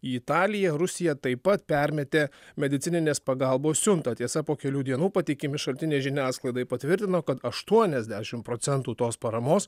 į italiją rusija taip pat permetė medicininės pagalbos siuntą tiesa po kelių dienų patikimi šaltiniai žiniasklaidai patvirtino kad aštuoniasdešim procentų tos paramos